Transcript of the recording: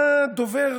היה דובר